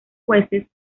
jueces